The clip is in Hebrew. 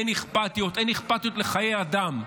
אין אכפתיות, אין אכפתיות לחיי אדם.